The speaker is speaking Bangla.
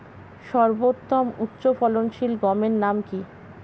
সর্বতম উচ্চ ফলনশীল গমের নাম কি?